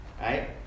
right